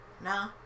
Nah